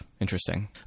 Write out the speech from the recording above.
interesting